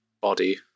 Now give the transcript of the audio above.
body